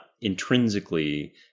intrinsically